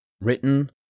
Written